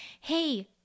hey